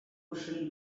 cushion